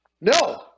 No